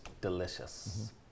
delicious